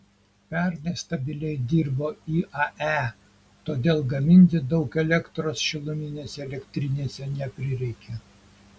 pernai stabiliai dirbo iae todėl gaminti daug elektros šiluminėse elektrinėse neprireikė